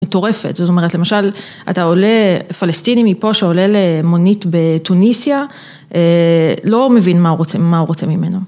מטורפת. זאת אומרת, למשל, אתה עולה פלסטיני מפה שעולה למונית בתוניסיה, לא מבין מה הוא רוצה ממנו.